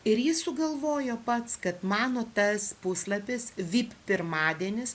ir jis sugalvojo pats kad mano tas puslapis vip pirmadienis